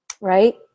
right